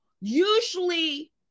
usually